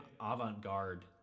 avant-garde